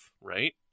Right